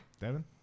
Devin